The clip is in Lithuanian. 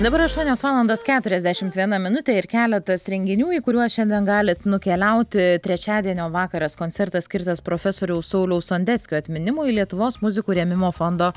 dabar aštuonios valandos keturiasdešimt viena minutė ir keletas renginių į kuriuos šiandien galit nukeliauti trečiadienio vakaras koncertas skirtas profesoriaus sauliaus sondeckio atminimui lietuvos muzikų rėmimo fondo